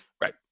Right